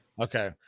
Okay